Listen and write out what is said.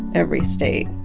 every state.